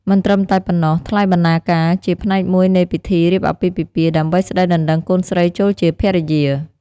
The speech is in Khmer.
មិនត្រឹមតែប៉ុណ្ណោះថ្លៃបណ្ណាការជាផ្នែកមួយនៃពិធីរៀបអាពាហ៍ពិពាហ៍ ដើម្បីស្ដីដណ្ដឹងកូនស្រីចូលជាភរិយា។